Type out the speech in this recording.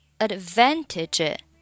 advantage